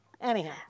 Anyhow